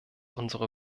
unsere